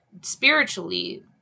spiritually